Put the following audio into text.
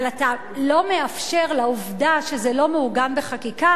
אבל אתה לא מאפשר לעובדה שזה לא מעוגן בחקיקה